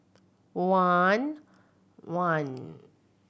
one one